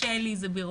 קשה לי, זה בירוקרטי,